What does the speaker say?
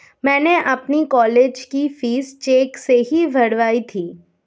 मैंने अपनी कॉलेज की फीस चेक से ही भरवाई थी